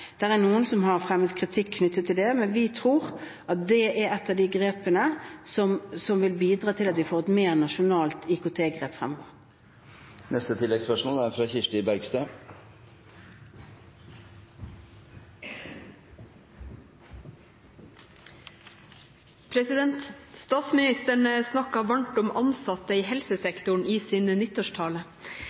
er noen som har fremmet kritikk knyttet til dette, men vi tror at det er ett av de grepene som vil bidra til at vi får et mer nasjonalt IKT-grep fremover. Kirsti Bergstø – til oppfølgingsspørsmål. Statsministeren snakket varmt om ansatte i helsesektoren i sin nyttårstale,